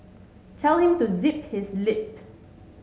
tell him to zip his lip